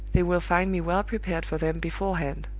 they will find me well prepared for them beforehand.